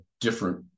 different